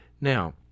Now